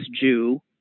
Jew